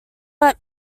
but